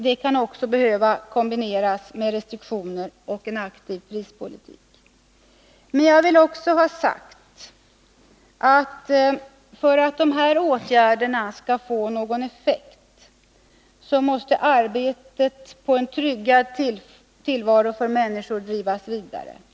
Det kan också behöva kombineras med restriktioner och en aktiv prispolitik. Men jag vill också ha sagt att för att dessa åtgärder skall få någon effekt måste arbetet på en tryggad tillvaro för människor drivas vidare.